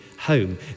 home